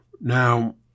now